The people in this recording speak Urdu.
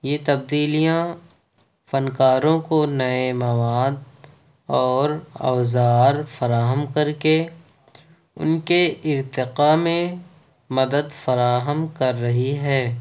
یہ تبدیلیاں فنکاروں کو نئے مواد اور اوزار فراہم کر کے ان کے ارتقاء میں مدد فراہم کر رہی ہے